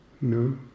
no